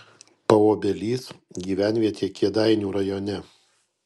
paobelys gyvenvietė kėdainių rajone